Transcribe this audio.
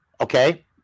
Okay